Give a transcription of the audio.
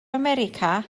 america